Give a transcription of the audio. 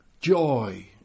joy